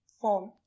form